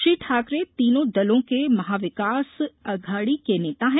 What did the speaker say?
श्री ठाकरे तीनों दलों के महा विकास अघाड़ी के नेता हैं